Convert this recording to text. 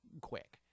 quick